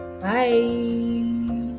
bye